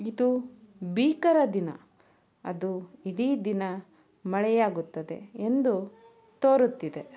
ಇದು ಭೀಕರ ದಿನ ಅದು ಇಡೀ ದಿನ ಮಳೆಯಾಗುತ್ತದೆ ಎಂದು ತೋರುತ್ತಿದೆ